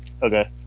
Okay